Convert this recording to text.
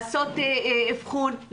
לעשות אבחון,